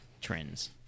Trends